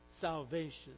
salvation